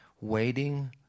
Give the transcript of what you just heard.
waiting